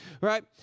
right